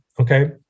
okay